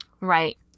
Right